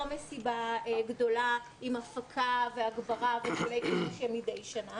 מסיבה גדולה עם הפקה והגברה וכולי כמו שקורה מדי שנה.